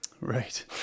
Right